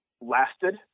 lasted